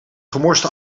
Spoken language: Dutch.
gemorste